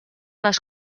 les